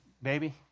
Baby